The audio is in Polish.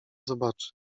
zobaczy